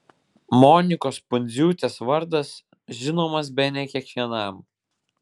monikos pundziūtės vardas žinomas bene kiekvienam